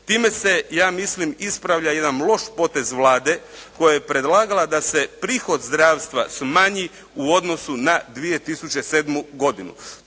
Time se ja mislim ispravljam jedan loš potez Vlade koja je predlagala da se prihod zdravstva smanji u odnosu na 2007. godinu.